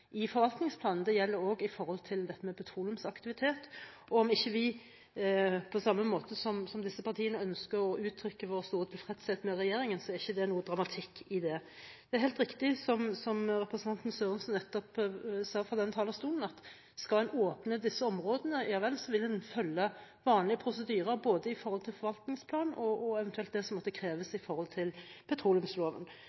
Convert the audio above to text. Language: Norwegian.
denne forvaltningsplanen og de føringene som ligger i den. Det gjelder også det som handler om petroleumsaktivitet. Dersom vi ikke – på samme måte som disse partiene – ønsker å uttrykke vår store tilfredshet med regjeringen, er det ikke noe dramatikk i det. Det er helt riktig, som representanten Sørensen nettopp sa fra denne talerstolen, at hvis en skal åpne disse områdene, vil man måtte følge vanlige prosedyrer, både når det gjelder forvaltningsplanen og det som eventuelt måtte kreves